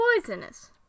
poisonous